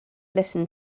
listen